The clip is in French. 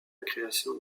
création